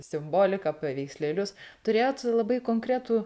simboliką paveikslėlius turėtų labai konkretų